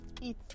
eat